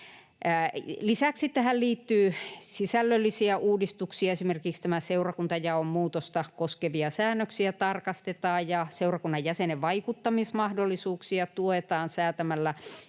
Lisäksi tähän liittyy sisällöllisiä uudistuksia. Esimerkiksi seurakuntajaon muutosta koskevia säännöksiä tarkastetaan, seurakunnan jäsenen vaikuttamismahdollisuuksia tuetaan säätämällä